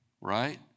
right